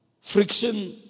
friction